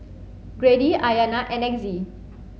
Grady Ayana and Exie